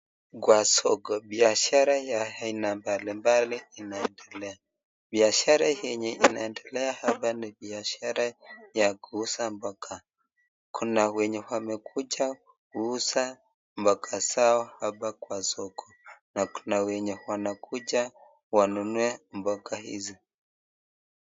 Kwa soko, biashara mbalimbali inaendelea. Biashara yenye inaendelea hapa ni biashara ya kuuza mboga. Kuna wenye wamekuja kuuza mboga zao hapa kwa soko na kuna wenye wanakuja wanunue mboga hizi.